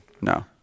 No